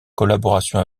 collaboration